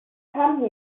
come